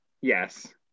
yes